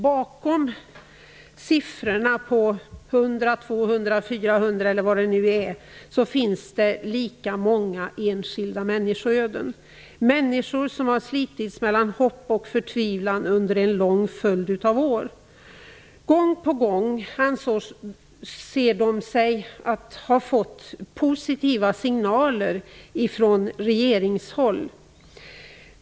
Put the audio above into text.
Bakom siffrorna på 100, 200, 400, eller vad det nu är, finns det lika många enskilda människoöden. Det är människor som har slitits mellan hopp och förtvivlan under en lång följd av år. De anser sig att gång på gång ha fått positiva signaler från regeringshåll.